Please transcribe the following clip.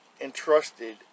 entrusted